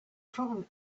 problem